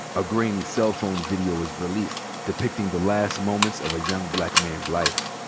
a grainy cell phone video is released depicting the last moments of a young black man's life.